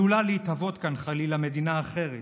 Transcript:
עלולה להתהוות כאן, חלילה, מדינה אחרת.